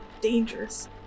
dangerous